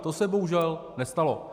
To se bohužel nestalo.